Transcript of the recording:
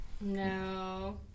No